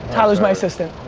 tyler's my assistant.